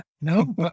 No